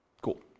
Cool